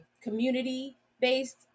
community-based